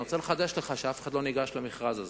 אני רוצה לחדש לך: אף אחד לא ניגש למכרז הזה.